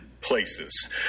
places